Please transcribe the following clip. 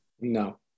no